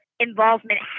involvement